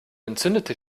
entzündete